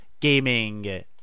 gaming